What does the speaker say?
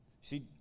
See